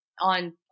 on